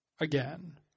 again